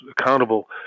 accountable